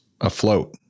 afloat